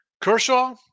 Kershaw